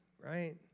right